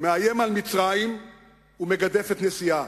מאיים על מצרים ומגדף את נשיאה.